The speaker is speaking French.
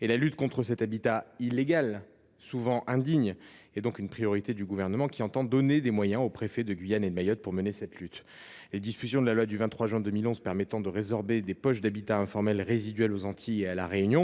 La lutte contre cet habitat illégal, souvent indigne, est une priorité du Gouvernement, qui entend donner aux préfets de Guyane et de Mayotte les moyens de la mener. La loi du 23 juin 2011 a permis de résorber des poches d’habitat informel résiduelles aux Antilles et à La Réunion.